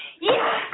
Yes